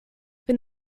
wenn